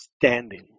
Standing